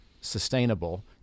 sustainable